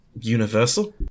universal